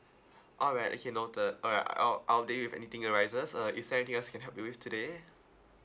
alright okay noted alright I'll update you if anything arises uh is there anything else I can help you with today